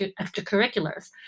extracurriculars